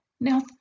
Now